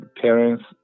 parents